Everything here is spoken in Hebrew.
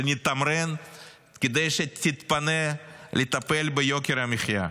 שנתמרן כדי שתתפנה לטפל ביוקר המחיה?